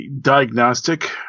diagnostic